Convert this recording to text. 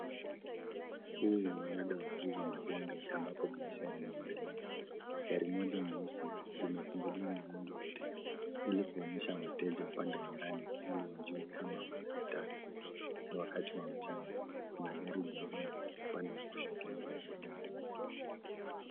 Huu ni mnada wa kuuza magari ambapo biashara inaendelea gari moja nyeusi limefunguliwa milango yote ili kuonyesha wateja upande wa ndani ili wajue kama wanalitaka ni wakati wa mchana kuna gari jingine upande wa kushoto wa gari hili jeusi.